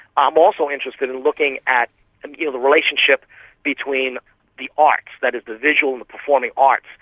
i'm also interested in looking at and you know the relationship between the arts, that is the visual and the performing arts,